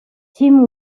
tim